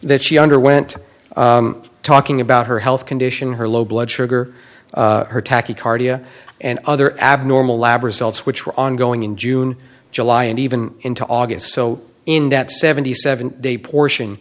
that she underwent talking about her health condition her low blood sugar her taki cardia and other abnormal lab results which were ongoing in june july and even into august so in that seventy seven day portion